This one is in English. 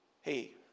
hey